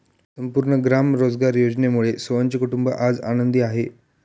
संपूर्ण ग्राम रोजगार योजनेमुळे सोहनचे कुटुंब आज आनंदी आहे